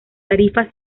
tarifa